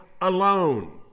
alone